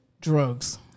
Drugs